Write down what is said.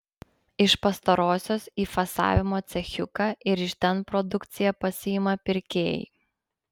iš pastarosios į fasavimo cechiuką ir iš ten produkciją pasiima pirkėjai